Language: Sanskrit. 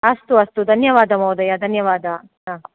अस्तु अस्तु धन्यवाद महोदय धन्यवाद आम्